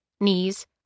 knees